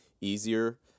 easier